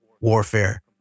warfare